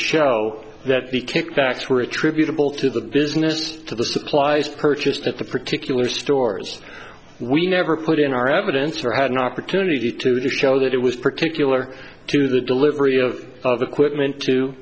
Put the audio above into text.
show that the kickbacks were attributable to the business to the supplies purchased at the particular stores we never put in our evidence or had an opportunity to show that it was particular to the delivery of of equipment to